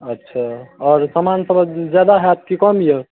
अच्छा आओर समानसब ज्यादा हैत कि कम अइ